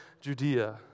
Judea